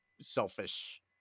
selfish